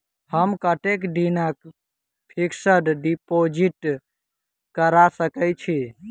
हम कतेक दिनक फिक्स्ड डिपोजिट करा सकैत छी?